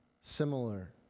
similar